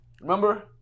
Remember